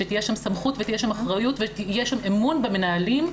שתהיה שם סמכות ותהיה שם אחריות ויהיה שם אמון במנהלים,